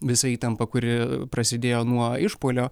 visa įtampa kuri prasidėjo nuo išpuolio